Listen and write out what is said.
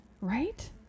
right